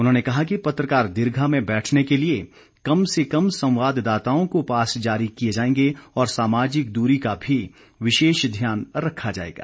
उन्होंने कहा कि पत्रकार दीर्घा में बैठने के लिए कम से कम संवाददाताओं को पास जारी किए जाएंगे और सामाजिक दूरी का भी विशेष ध्यान रखा जाएगा